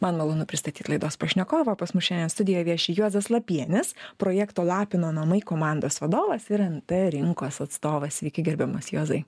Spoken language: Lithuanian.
man malonu pristatyt laidos pašnekovą pas mus šiandien studijoj vieši juozas lapienis projekto lapino namai komandos vadovas ir nt rinkos atstovas sveiki gerbiamas juozai